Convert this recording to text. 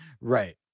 Right